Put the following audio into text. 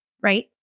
right